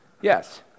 yes